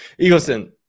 eagleson